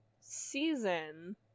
season